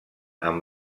amb